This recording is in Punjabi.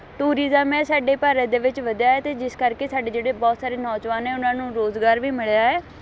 ਟੂਰਿਜ਼ਮ ਹੈ ਸਾਡੇ ਭਾਰਤ ਦੇ ਵਿੱਚ ਵਧਿਆ ਹੈ ਅਤੇ ਜਿਸ ਕਰਕੇ ਸਾਡੇ ਜਿਹੜੇ ਬਹੁਤ ਸਾਰੇ ਨੌਜਵਾਨ ਨੇ ਉਹਨਾਂ ਨੂੰ ਰੁਜ਼ਗਾਰ ਵੀ ਮਿਲਿਆ ਹੈ